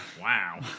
Wow